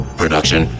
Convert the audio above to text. production